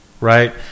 right